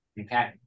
Okay